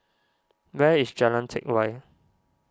where is Jalan Teck Whye